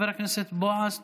של חבר הכנסת בועז טופורובסקי: